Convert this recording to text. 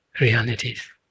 realities